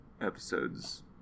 episodes